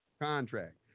contract